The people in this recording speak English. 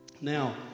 Now